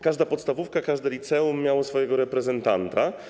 Każda podstawówka, każde liceum miało swojego reprezentanta.